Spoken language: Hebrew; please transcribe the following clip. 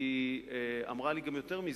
היא סיפרה לי, היא אמרה לי גם יותר מזה: